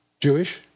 Jewish